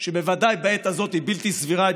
שבוודאי בעת הזאת היא בלתי סבירה,